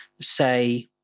say